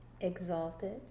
exalted